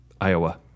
Iowa